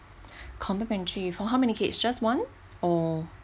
complimentary for how many kids just one or